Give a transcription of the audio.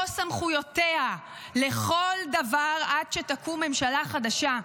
סמכויותיה לכל דבר עד שתקום ממשלה חדשה,